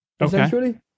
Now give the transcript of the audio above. essentially